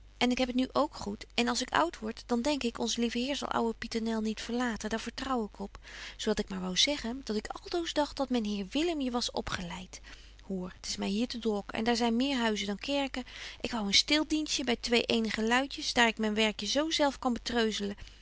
en ik heb het nu ook goed en als ik oud word dan denk ik onze lieve heer zal ouwe pieternel niet verlaten daar vertrouw ik op zo dat ik maar wou zeggen dat ik altoos dagt dat men heer willem je was opgeleit hoor het is my hier te drok en daar zyn meer huizen dan kerken ik wou een stil dienstje by twee eenige luidjes daar ik men werkje zo zelf kon